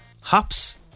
hops